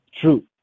True